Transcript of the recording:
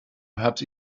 perhaps